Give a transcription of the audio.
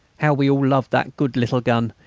how we all loved that good little gun,